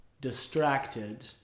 distracted